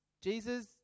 Jesus